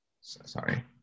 sorry